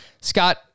Scott